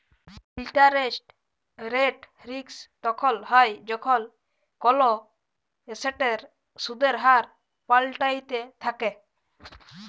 interest rate risk তখল হ্যয় যখল কল এসেটের সুদের হার পাল্টাইতে থ্যাকে